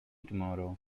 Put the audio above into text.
tomorrow